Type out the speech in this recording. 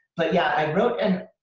but yeah, i wrote an